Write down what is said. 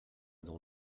dans